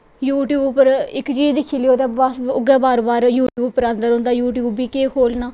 YouTube पर इक चीज़ दिक्खी लैओ ते बस उऐ बार बार यूटयूब पर बी आंदा रौंह्दा यूटयूब बी केह् खोह्लना